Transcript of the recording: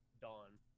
dawn